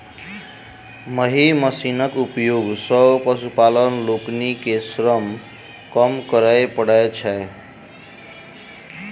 एहि मशीनक उपयोग सॅ पशुपालक लोकनि के श्रम कम करय पड़ैत छैन